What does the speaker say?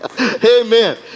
Amen